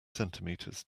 centimeters